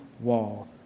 wall